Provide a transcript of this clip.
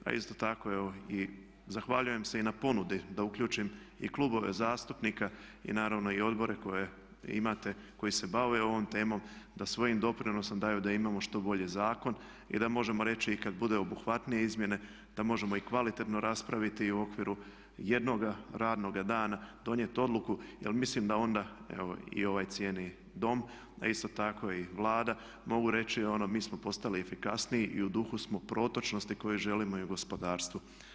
A isto tako evo i zahvaljujem se i na ponudi da uključim i klubove zastupnika i naravno i odbore koje imate, koji se bave ovom temom da svojim doprinosom daju da imamo što bolji zakon i da možemo reći i kada budu obuhvatnije izmjene da možemo i kvalitetno raspraviti i u okviru jednoga radnoga dana donijeti odluku jer mislim da onda evo i ovaj cijenjeni Dom a isto tako i Vlada mogu reći ono mi smo postali efikasniji i u duhu smo protočnosti koje želimo i gospodarstvu.